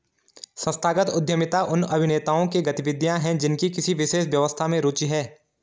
संस्थागत उद्यमिता उन अभिनेताओं की गतिविधियाँ हैं जिनकी किसी विशेष व्यवस्था में रुचि है